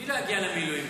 מי לא יגיע למילואים?